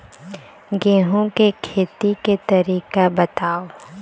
गेहूं के खेती के तरीका बताव?